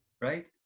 right